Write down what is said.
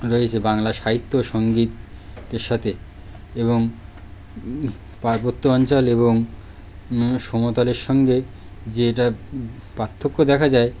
রয়েছে বাংলা সাহিত্য ও সঙ্গীতের সাথে এবং পার্বত্য অঞ্চল এবং সমতলের সঙ্গে যেটা পার্থক্য দেখা যায়